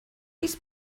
this